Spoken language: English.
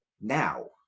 now